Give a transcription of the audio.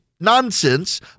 Nonsense